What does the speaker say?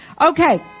Okay